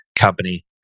company